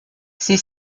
sie